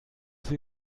sie